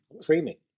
Creamy